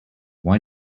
why